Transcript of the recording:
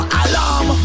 alarm